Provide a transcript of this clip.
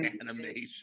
animation